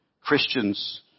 Christians